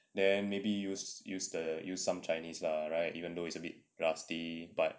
then maybe use use the use some chinese lah right even though it's a bit rusty but